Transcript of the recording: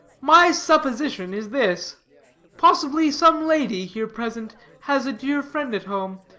my supposition is this possibly some lady, here present, has a dear friend at home,